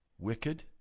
Wicked